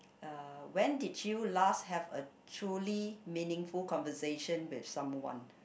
uh when did you last have a truly meaningful conversation with someone